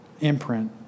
imprint